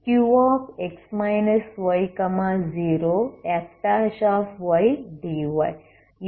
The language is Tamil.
ஆகவே ux0 Qx ∞0fQx∞0f ∞ ∞Qx y0fdy